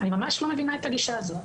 אני ממש לא מבינה את הגישה הזאת.